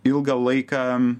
ilgą laiką